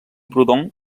proudhon